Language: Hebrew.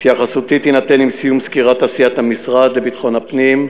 התייחסותי תינתן עם סיום סקירת עשיית המשרד לביטחון הפנים,